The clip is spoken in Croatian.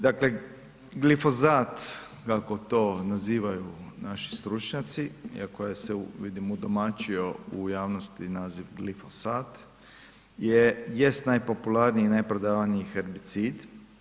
Dakle, glifozat kako to nazivaju naši stručnjaci iako je se vidim udomaćio u javnosti naziv glifosat je, jest najpopularniji i najprodavaniji herbicid.